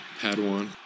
Padawan